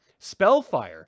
Spellfire